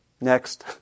next